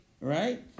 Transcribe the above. right